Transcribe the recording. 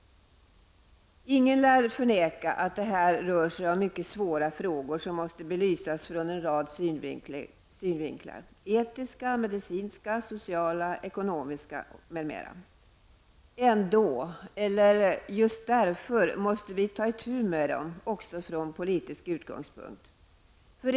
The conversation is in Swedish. Ingen lär förneka att det här rör sig om mycket svåra frågor som måste belysas från en rad synvinklar: etiska, medicinska, sociala, ekonomiska, m.m. Ändå -- eller just därför -- måste vi ta itu med dem också från politiska utgångspunkter.